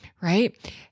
right